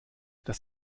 das